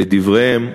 לדבריהם,